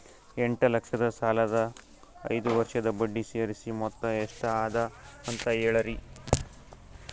ಎಂಟ ಲಕ್ಷ ಸಾಲದ ಐದು ವರ್ಷದ ಬಡ್ಡಿ ಸೇರಿಸಿ ಮೊತ್ತ ಎಷ್ಟ ಅದ ಅಂತ ಹೇಳರಿ?